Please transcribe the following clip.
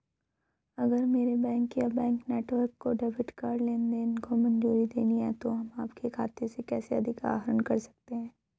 अगर मेरे बैंक या बैंक नेटवर्क को डेबिट कार्ड लेनदेन को मंजूरी देनी है तो हम आपके खाते से कैसे अधिक आहरण कर सकते हैं?